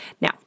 Now